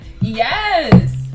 Yes